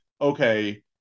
okay